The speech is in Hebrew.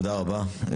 תודה רבה.